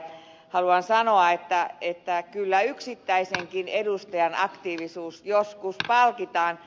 haluan sanoa että kyllä yksittäisenkin edustajan aktiivisuus joskus palkitaan